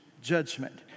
judgment